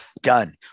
Done